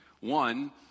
One